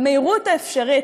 במהירות האפשרית,